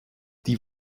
die